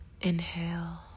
inhale